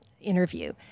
interview